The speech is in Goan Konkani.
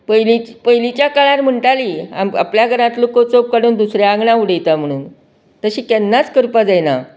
पयलीं पयलीच्या काळार म्हणटाली आप आपल्या घरातलो कोचोप काडून दुसऱ्या आंगणा वडयता म्हण तशें केन्नाच करपाक जायना